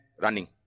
running